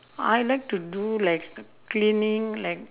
I like to do like cleaning like